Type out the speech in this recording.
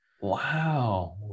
wow